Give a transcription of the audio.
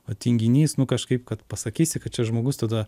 o tinginys nu kažkaip kad pasakysi kad čia žmogus tada